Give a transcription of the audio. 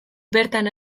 bertan